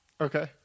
Okay